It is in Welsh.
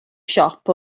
siop